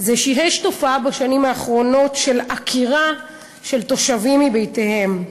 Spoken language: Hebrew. יש תופעה בשנים האחרונות של עקירה של תושבים מבתיהם.